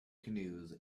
canoes